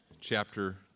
chapter